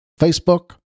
Facebook